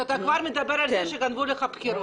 אתה כבר מדבר על זה שגנבו לכם את הבחירות.